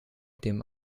dem